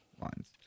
lines